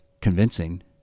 convincing